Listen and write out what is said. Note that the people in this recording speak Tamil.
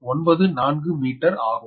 294 மீட்டர் ஆகும்